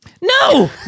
No